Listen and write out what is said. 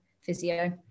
Physio